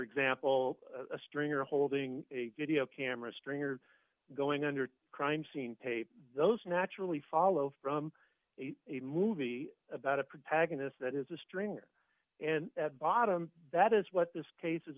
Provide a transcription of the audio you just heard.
example a stringer holding a video camera stringer going under crime scene tape those naturally follow from a movie about a protectionist that is a stringer and at bottom that is what this case